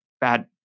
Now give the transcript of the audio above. bad